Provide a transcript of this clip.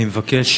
אני מבקש